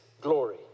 glory